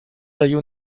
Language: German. der